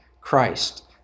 Christ